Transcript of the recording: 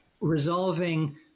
resolving